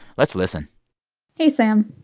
let's listen hey, sam.